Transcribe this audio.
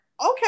Okay